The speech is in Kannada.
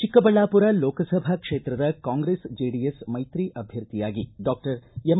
ಚಿಕ್ಕಬಳ್ಳಾಪುರ ಲೋಕಸಭಾ ಕ್ಷೇತ್ರದ ಕಾಂಗ್ರೆಸ್ ಜೆಡಿಎಸ್ ಮೈತ್ರಿ ಅಭ್ವರ್ಥಿಯಾಗಿ ಡಾಕ್ಟರ್ ಎಂ